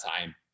time